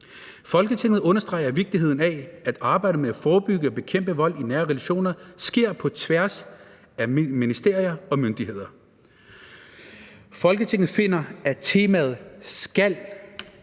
Folketinget understreger vigtigheden af, at arbejdet med at forebygge og bekæmpe vold i nære relationer sker på tværs af ministerier og myndigheder. Folketinget finder, at temaet skal